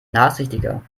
nachsichtiger